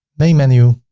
main menu,